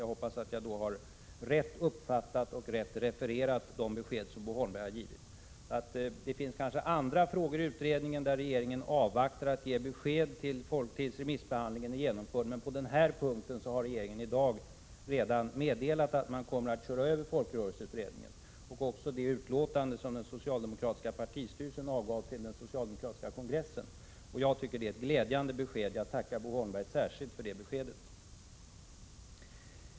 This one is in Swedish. Jag hoppas att jag har rätt uppfattat och rätt refererat de besked som Bo Holmberg har givit. Det kanske finns andra frågor i utredningen där regeringen avvaktar med att ge besked tills remissbehandlingen är genomförd, men på denna punkt har regeringen i dag redan meddelat att den kommer att köra över folkrörelseutredningen och det utlåtande som den socialdemokratiska partistyrelsen avgav till den socialdemokratiska kongressen. Det är ett glädjande besked — jag tackar Bo Holmberg särskilt för det.